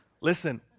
Listen